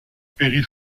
péri